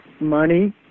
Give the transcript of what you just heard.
money